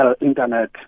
internet